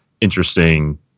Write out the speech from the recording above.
interesting